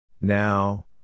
Now